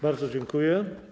Bardzo dziękuję.